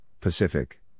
Pacific